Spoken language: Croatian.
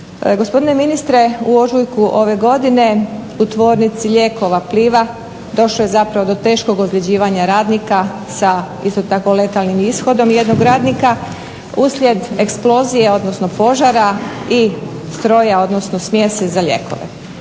Gospodine ministre, u ožujku ove godine u tvornici lijekova Pliva došlo je zapravo do teškog ozljeđivanja radnika sa isto tako letalnim ishodom jednog radnika uslijed eksplozije odnosno požara i stroja odnosno smjese za lijekove.